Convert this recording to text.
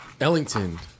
Ellington